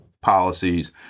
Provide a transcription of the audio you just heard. policies